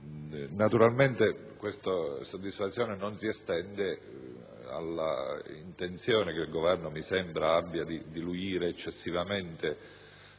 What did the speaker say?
Naturalmente la mia soddisfazione non si estende all'intenzione che il Governo mi sembra abbia di diluire eccessivamente